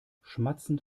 schmatzend